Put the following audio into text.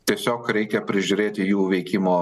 tiesiog reikia prižiūrėti jų veikimo